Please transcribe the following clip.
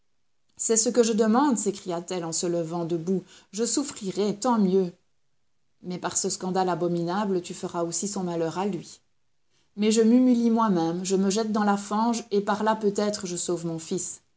c'est ce que je demande s'écria-t-elle en se levant debout je souffrirai tant mieux mais par ce scandale abominable tu feras aussi son malheur à lui mais je m'humilie moi-même je me jette dans la fange et par là peut-être je sauve mon fils